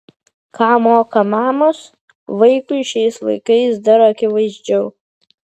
ką moka mamos vaikui šiais laikais dar akivaizdžiau